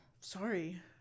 Sorry